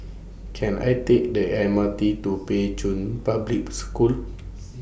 Can I Take The M R T to Pei Chun Public School